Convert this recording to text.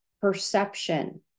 perception